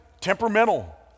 temperamental